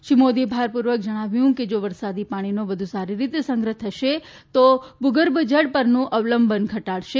શ્રી મોદીએ ભારપૂર્વક જણાવ્યું કે જો વરસાદી પાણીનો વધુ સારી રીતે સંગ્રહ થશે તો તે ભૂગર્ભજળ પરનું અવલંબન ઘટાડશે